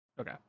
Okay